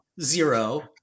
zero